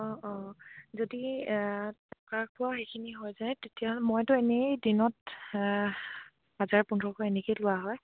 অঁ অঁ যদি থকা খোৱা সেইখিনি হৈ যায় তেতিয়াহ'লে মইতো এনেই দিনত হাজাৰ পোন্ধৰশ এনেকৈ লোৱা হয়